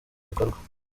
bikorwa